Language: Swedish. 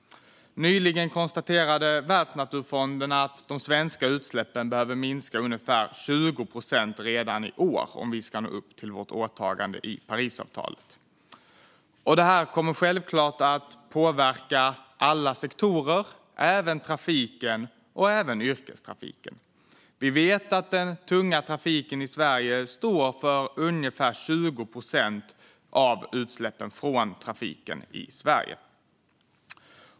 Nyligen konstaterade Världsnaturfonden att de svenska utsläppen behöver minska med ungefär 20 procent redan i år om vi ska nå upp till vårt åtagande i Parisavtalet. Det kommer självklart att påverka alla sektorer, även yrkestrafiken. Vi vet att den tunga trafiken står för ungefär 20 procent av utsläppen från trafiken i Sverige.